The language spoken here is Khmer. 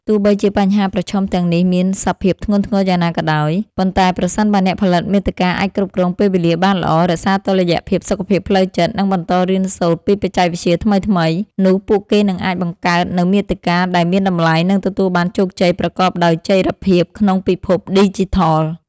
ទោះបីជាបញ្ហាប្រឈមទាំងនេះមានសភាពធ្ងន់ធ្ងរយ៉ាងណាក៏ដោយ ប៉ុន្តែប្រសិនបើអ្នកផលិតមាតិកាអាចគ្រប់គ្រងពេលវេលាបានល្អ រក្សាតុល្យភាពសុខភាពផ្លូវចិត្ត និងបន្តរៀនសូត្រពីបច្ចេកវិទ្យាថ្មីៗ នោះពួកគេនឹងអាចបង្កើតនូវមាតិកាដែលមានតម្លៃ និងទទួលបានជោគជ័យប្រកបដោយចីរភាពក្នុងពិភពឌីជីថល។